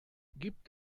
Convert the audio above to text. gibt